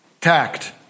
Tact